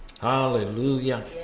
Hallelujah